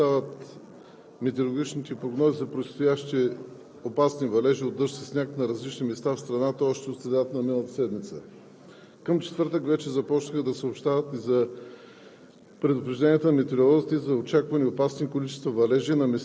медиите започнаха да съобщават метеорологичните прогнози за предстоящи опасни валежи от дъжд със сняг на различни места в страната още от средата на миналата седмица. Към четвъртък вече започнаха да съобщават